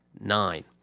nine